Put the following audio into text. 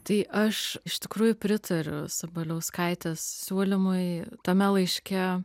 tai aš iš tikrųjų pritariu sabaliauskaitės siūlymui tame laiške